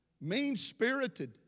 Mean-spirited